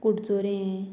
कुडचोरें